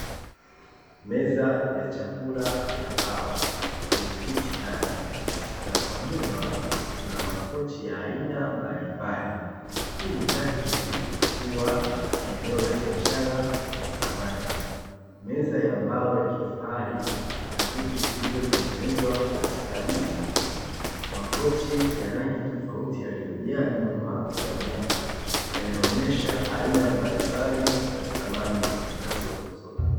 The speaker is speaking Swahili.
Meza ya chakula ya mbao yenye viti nane na kwa nyuma kuna makochi ya aina mbalimbali, Hii ni dhahiri kuwa ni eneo la biashara za samani. Meza ya mbao ya kifahari na viti vilivyotengenezwa kwa ustadi mkubwa, Makochi ya rangi tofauti yaliyojaa nyuma ya meza yanaonesha aina mbalimbali za samani zinazouzwa.